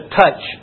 touch